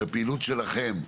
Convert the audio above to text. שהפעילות שלכם,